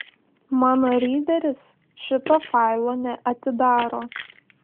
mano ryderis šito failo neatidaro